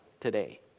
today